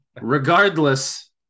Regardless